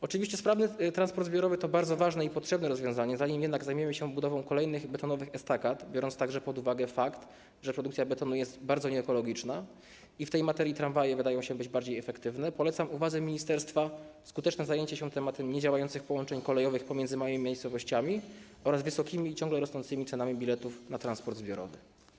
Oczywiście sprawny transport zbiorowy to bardzo ważne i potrzebne rozwiązanie, zanim jednak zajmiemy się budową kolejnych betonowych estakad, biorąc także pod uwagę fakt, że produkcja betonu jest bardzo nieekologiczna, i w tej materii tramwaje wydają się bardziej efektywne, polecam uwadze ministerstwa skuteczne zajęcie się tematem niedziałających połączeń kolejowych pomiędzy małymi miejscowościami oraz wysokimi, ciągle rosnącymi cenami biletów na transport zbiorowy.